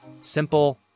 simple